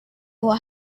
will